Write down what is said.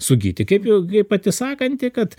sugyti kaip jau gi pati sakanti kad